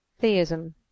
Theism